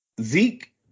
Zeke